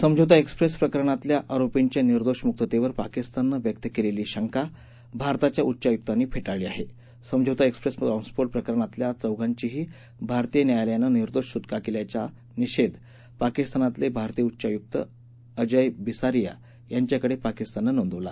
समझोता एक्सप्रस्तिप्रकरणातल्या आरोपींच्या निर्दोष मुकतस्ति पाकिस्ताननविक्त क्विली शंका भारताच्या उच्चायुकांनी फा विळली आहा समझोता एक्सप्रद्धीबॉम्बस्फोध्रप्रकरणातल्या चौघांचीही भारतीय न्यायालयानविदोष सुक्का कल्पाचा निषधीपाकिस्तानातलश्रिरतीय उच्चायुक्त अजय बिसारिया यांच्याकड प्राकिस्ताननत्रींदवला